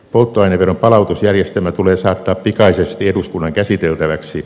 polttoaineveron palautusjärjestelmä tulee saattaa pikaisesti eduskunnan käsiteltäväksi